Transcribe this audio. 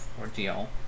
ordeal